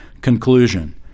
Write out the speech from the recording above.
conclusion